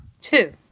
Two